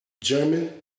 German